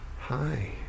Hi